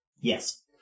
Yes